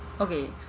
Okay